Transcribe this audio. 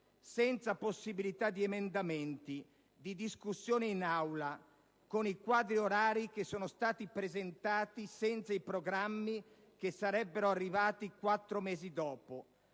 senza possibilità di emendamenti, di discussione in Aula, con i quadri orari che sono stati presentati senza i programmi che sarebbero arrivati quattro mesi dopo: